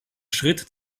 schritt